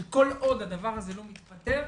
שכל עוד הדבר הזה לא נפתר,